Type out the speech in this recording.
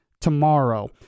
tomorrow